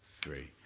three